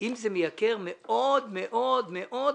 אם זה מייקר, זה מאוד מאוד מאוד בשוליים,